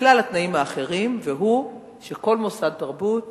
בכלל התנאים האחרים, והוא שכל מוסד תרבות